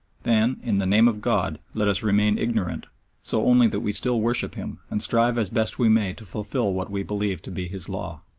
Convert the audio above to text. then, in the name of god, let us remain ignorant so only that we still worship him, and strive as best we may to fulfil what we believe to be his law!